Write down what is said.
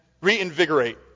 reinvigorate